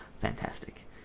fantastic